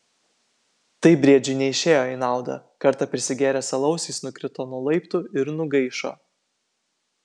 tai briedžiui neišėjo į naudą kartą prisigėręs alaus jis nukrito nuo laiptų ir nugaišo